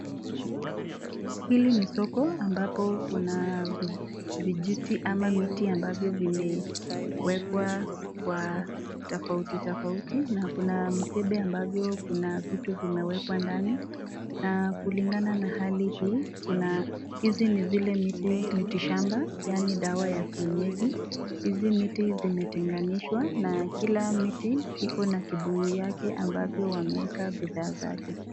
Hili ni soko ambapo kuna vijiti ama miti ambavyo vimewekwa kwa tafauti tafauti, na kuna mkebe ambavyo kuna vitu vimewekwa ndani, na kulingana na hali hii hizi ni ni zile miti miti shamba, yani dawa ya kienyeji, hizi miti zimetenganishwa na kila miti iko na kibuyu yake ambavyo wameeka bidhaa zake.